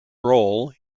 role